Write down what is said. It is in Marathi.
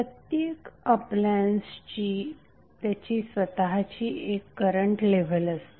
प्रत्येक अप्लायन्सची त्याची स्वतःची एक करंट लेव्हल असते